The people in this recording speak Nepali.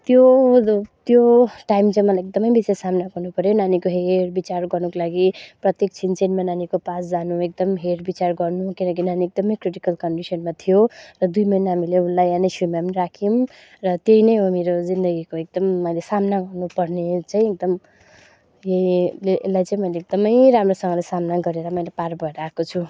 त्यो जुन त्यो टाइम चाहिँ मलाई एकदमै बेसी सामना गर्नु पऱ्यो नानीको हेरविचार गर्नुको लागि प्रत्येक छिनछिनमा नानीको पास जानु एकदम हेरविचार गर्नु किनकि नानी एकदमै क्रिटिकल कन्डिसनमा थियो र दुई महिना हामीले उसलाई एनएस्यूमा पनि राख्यौँ र त्यही नै हो मेरो जिन्दगीको एकदम मैले सामना गर्नुपर्ने चाहिँ एकदम यहीले यसलाई चाहिँ मैले एकदमै राम्रोसँगले सामना गरेर मैले पार भएर आएको छु